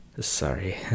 Sorry